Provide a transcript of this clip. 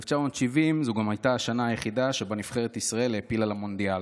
1970 גם הייתה השנה היחידה שבה נבחרת ישראל העפילה למונדיאל.